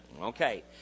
Okay